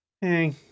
Hey